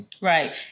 Right